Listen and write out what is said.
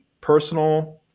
personal